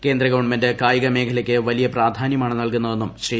കേന്ദ്ര ഗവൺമെന്റ് കായിക മേഖലയ്ക്ക് വലിയ പ്രാധാന്യമാണ് നൽകുന്നതെന്നും ശ്രീ